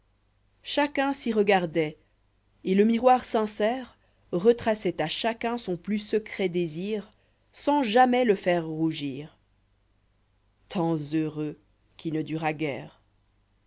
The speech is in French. chacun s'y regardoit et le miroir sincère retraçoit à chacun son plus secret désir sans jamais le faire rougir temps heureux qui ne dura